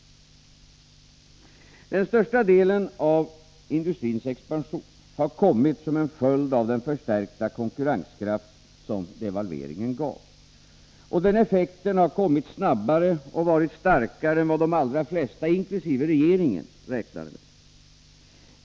Den största delen av industrins expansion har kommit som en följd av den förstärkta konkurrenskraft som devalveringen gav. Den effekten har kommit snabbare och varit starkare än vad de allra flesta, inkl. regeringen, räknade med.